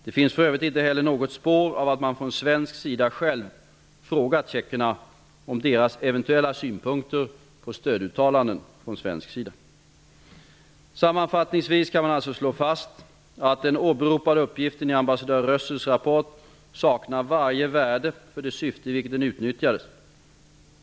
Det finns för närvarande inte heller något spår av att man från svensk sida själv frågat tjeckerna om deras eventuella synpunkter på stöduttalanden från svensk sida. Sammanfattningsvis kan man alltså slå fast, att den åberopade uppgiften i ambassadör Rössels rapport saknar varje värde för det syfte i vilket den utnyttjades.